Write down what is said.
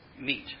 meet